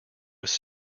was